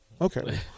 Okay